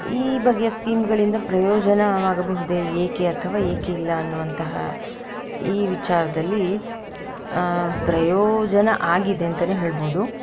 ಈ ಬಗೆಯ ಸ್ಕೀಮ್ಗಳಿಂದ ಪ್ರಯೋಜನವಾಗಬಹುದೇ ಏಕೆ ಅಥವಾ ಏಕಿಲ್ಲ ಅನ್ನುವಂತಹ ಈ ವಿಚಾರದಲ್ಲಿ ಪ್ರಯೋಜನ ಆಗಿದೆ ಅಂತಲೇ ಹೇಳ್ಬೋದು